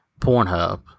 Pornhub